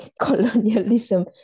colonialism